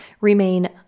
remain